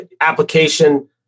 application